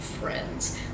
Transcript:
friends